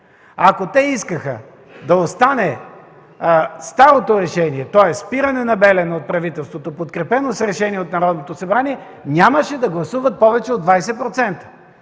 Ако те искаха да остане старото решение, тоест спиране на „Белене” от правителството, подкрепено с решение от Народното събрание, нямаше да гласуват повече от 20%.